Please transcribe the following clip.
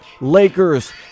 Lakers